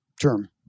term